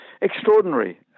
extraordinary